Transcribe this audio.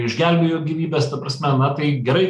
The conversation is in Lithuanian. išgelbėjo gyvybes ta prasme na tai gerai